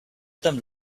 them